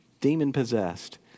demon-possessed